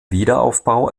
wiederaufbau